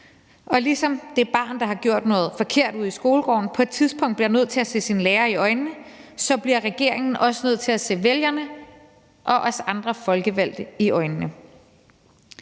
Og ligesom det barn, der har gjort noget forkert ude i skolegården, på et tidspunkt bliver nødt til at se sin lærer i øjnene, så bliver regeringen også nødt til at se vælgerne og os andre folkevalgte i øjnene.